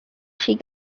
she